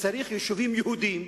צריך יישובים יהודיים,